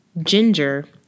ginger